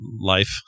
life